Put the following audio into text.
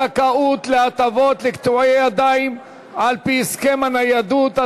זכאות להטבות לקטועי ידיים על-פי הסכם הניידות),